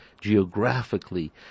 geographically